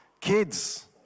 kids